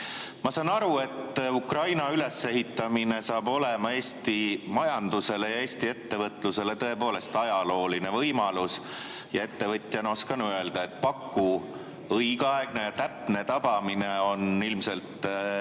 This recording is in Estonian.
Ma saan aru, et Ukraina ülesehitamine saab olema Eesti majandusele ja Eesti ettevõtlusele tõepoolest ajalooline võimalus. Ettevõtjana oskan ma öelda, et paku õigeaegne ja täpne tabamine on ilmselt